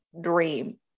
dream